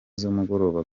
zumugoroba